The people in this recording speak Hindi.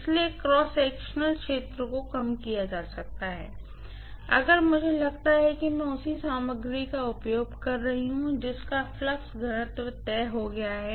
इसलिए क्रॉस सेक्शनल क्षेत्र को कम किया जा सकता है अगर मुझे लगता है कि मैं उसी सामग्री का उपयोग कर रही हूँ जिसका फ्लक्स घनत्व तय हो गया है